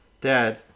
Dad